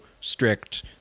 strict